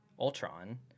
Ultron